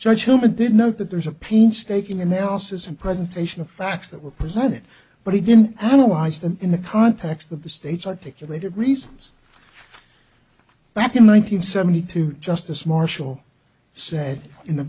judge who did note that there's a painstaking analysis and presentation of facts that were presented but he didn't analyze them in the context of the state's articulated reasons back in one nine hundred seventy two justice marshall said in the